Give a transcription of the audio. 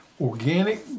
organic